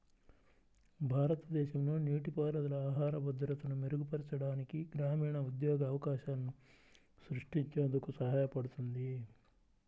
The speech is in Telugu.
భారతదేశంలో నీటిపారుదల ఆహార భద్రతను మెరుగుపరచడానికి, గ్రామీణ ఉద్యోగ అవకాశాలను సృష్టించేందుకు సహాయపడుతుంది